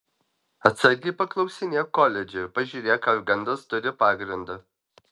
atsargiai paklausinėk koledže ir pažiūrėk ar gandas turi pagrindą